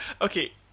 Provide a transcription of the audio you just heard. okay